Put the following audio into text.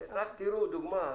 רק תראו דוגמה.